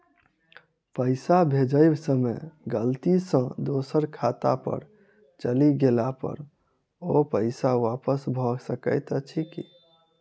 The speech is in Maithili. पैसा भेजय समय गलती सँ दोसर खाता पर चलि गेला पर ओ पैसा वापस भऽ सकैत अछि की?